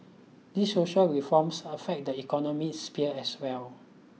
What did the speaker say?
these social reforms affect the economic sphere as well